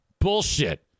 Bullshit